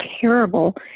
terrible